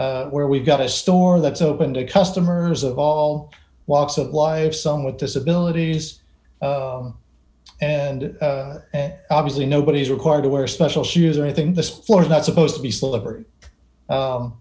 where we've got a store that's open to customers of all walks of life some with disabilities and obviously nobody is required to wear special shoes or anything this floor is not supposed to be slippery